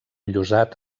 llosat